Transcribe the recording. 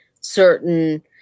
certain